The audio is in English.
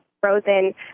frozen